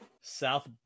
south